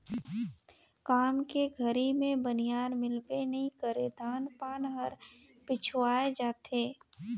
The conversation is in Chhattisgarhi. काम के घरी मे बनिहार मिलबे नइ करे धान पान हर पिछवाय जाथे